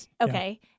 okay